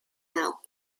now